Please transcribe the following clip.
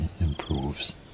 improves